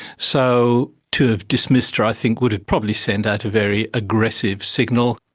so to have dismissed her i think would have probably sent out a very aggressive signal.